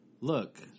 look